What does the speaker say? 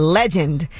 legend